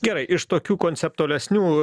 gerai iš tokių konceptualesnių